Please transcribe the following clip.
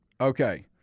Okay